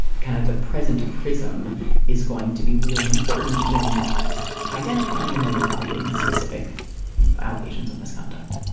kind of the present prism is going to be really important in identifying and then evaluating the specific allegations of misconduct